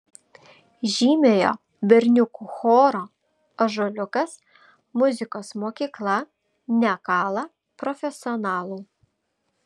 žymiojo berniukų choro ąžuoliukas muzikos mokykla nekala profesionalų